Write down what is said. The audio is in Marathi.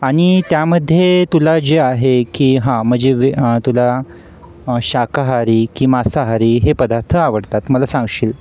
आणि त्यामध्ये तुला जे आहे की हां मजे वे हां तुला शाकाहारी की मांसाहारी हे पदार्थ आवडतात मला सांगशील